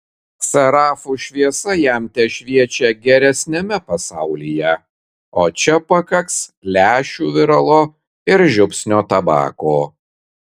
serafų šviesa jam tešviečia geresniame pasaulyje o čia pakaks lęšių viralo ir žiupsnio tabako